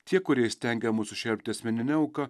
tie kurie įstengia mus sušelpti asmenine auka